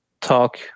talk